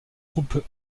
groupe